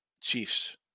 Chiefs